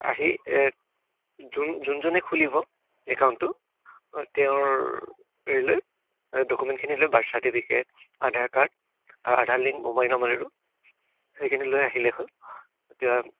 আহি যোন যোনজনে খুলিব একাউণ্টটো তেওঁৰ ৰিলেট ডকুমেণ্টখিনি লৈ বাৰ্থ চাৰ্টিফিকেট আধাৰ কাৰ্ড আৰু আধাৰ লিংক মোবাইল নম্বৰ সেইখিনি লৈ আহিলে হ'ল এতিয়া